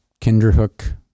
Kinderhook